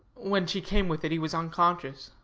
when she came with it he was unconscious.